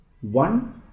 One